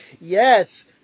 Yes